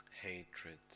hatred